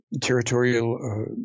territorial